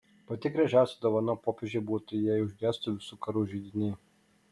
pati gražiausia dovana popiežiui būtų jei užgestų visų karų židiniai